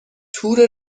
تور